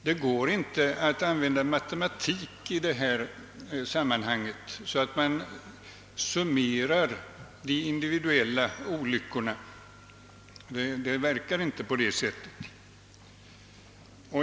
Det går inte att använda matematik i detta sammanhang på så sätt att man summerar de individuella olyckorna, ty det verkar inte på det sättet.